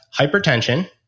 hypertension